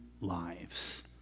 lives